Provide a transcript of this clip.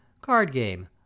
card-game